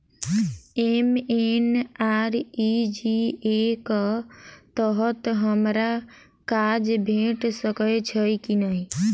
MNREGA कऽ तहत हमरा काज भेट सकय छई की नहि?